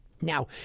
Now